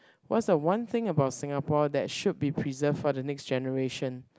what's the one thing about Singapore that should be preserve for the next generation